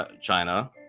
China